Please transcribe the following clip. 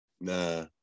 Nah